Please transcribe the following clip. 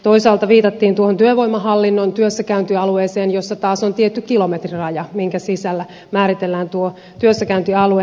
toisaalta viitattiin tuohon työvoimahallinnon työssäkäyntialueeseen jossa taas on tietty kilometriraja jonka sisällä määritellään tuo työssäkäyntialue